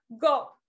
go